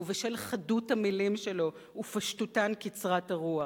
ובשל חדות המלים שלו ופשטותן קצרת הרוח.